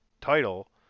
title